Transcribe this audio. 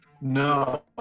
No